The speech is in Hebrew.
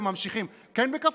והם ממשיכים: כן בכפוף,